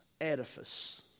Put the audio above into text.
edifice